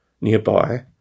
nearby